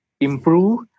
improve